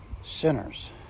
sinners